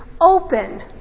open